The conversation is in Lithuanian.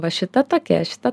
va šita tokia šita